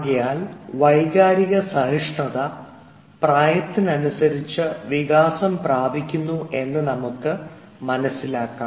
ആകയാൽ എന്നാൽ വൈകാരിക സഹിഷ്ണത പ്രായത്തിനനുസരിച്ച് വികാസം പ്രാപിക്കുന്നു എന്ന് നമുക്ക് മനസ്സിലാക്കാം